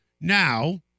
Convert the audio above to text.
Now